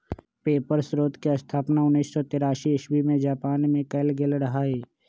paper स्रोतके स्थापना उनइस सौ तेरासी इस्बी में जापान मे कएल गेल रहइ